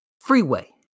Freeway